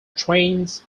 trains